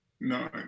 No